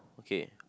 okay